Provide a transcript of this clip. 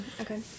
Okay